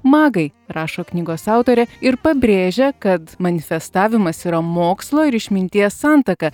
magai rašo knygos autorė ir pabrėžia kad manifestavimas yra mokslo ir išminties santaka